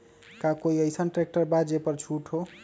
का कोइ अईसन ट्रैक्टर बा जे पर छूट हो?